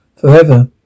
forever